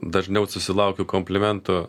dažniau susilaukiu komplimentų